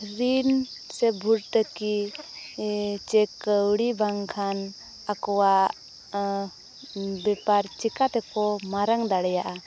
ᱨᱤᱱ ᱥᱮ ᱵᱷᱚᱨᱛᱩᱠᱤ ᱪᱮ ᱠᱟᱹᱣᱲᱤ ᱵᱟᱝᱠᱷᱟᱱ ᱟᱠᱚᱣᱟᱜ ᱵᱮᱯᱟᱨ ᱪᱤᱠᱟᱹᱛᱮᱠᱚ ᱢᱟᱨᱟᱝ ᱫᱟᱲᱮᱭᱟᱜᱼᱟ